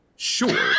Sure